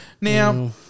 Now